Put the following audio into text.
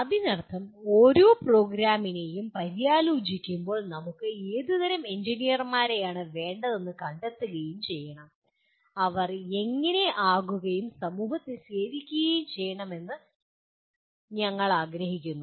അതിനർത്ഥം ഓരോ പ്രോഗ്രാമിനെയും പര്യാലോചിക്കുമ്പോൾ നമുക്ക് ഏതുതരം എഞ്ചിനീയർമാരാണ് വേണ്ടതെന്ന് കണ്ടെത്തുകയും ചെയ്യണം അവർ എങ്ങനെ ആകുകയും സമൂഹത്തെ സേവിക്കുകയും ചെയ്യണമെന്ന് ഞങ്ങൾ ആഗ്രഹിക്കുന്നു